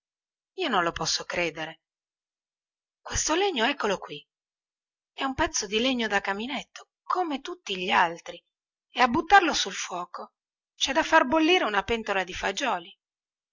io non lo posso credere questo legno eccolo qui è un pezzo di legno da caminetto come tutti gli altri e a buttarlo sul fuoco cè da far bollire una pentola di fagioli